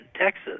Texas